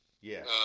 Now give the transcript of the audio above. yes